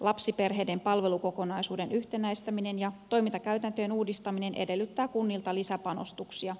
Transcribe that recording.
lapsiperheiden palvelukokonaisuuden yhtenäistäminen ja toimintakäytäntöjen uudistaminen edellyttää kunnilta lisäpanostuksia